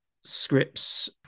scripts